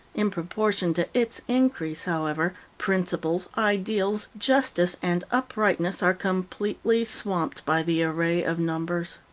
in proportion to its increase, however, principles, ideals, justice, and uprightness are completely swamped by the array of numbers.